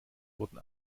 wurden